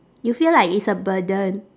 you feel like it's a burden